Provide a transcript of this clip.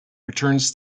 returns